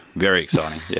very exciting, yeah